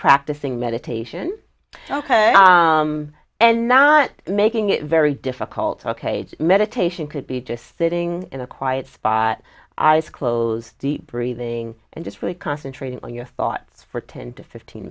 practicing meditation and not making it very difficult ok meditation could be just sitting in a quiet spot eyes closed deep breathing and just really concentrating on your thoughts for ten to fifteen